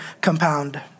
compound